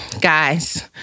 Guys